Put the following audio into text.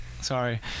Sorry